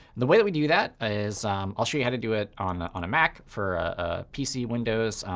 the way that we do that is i'll show you how to do it on on a mac. for a pc, windows,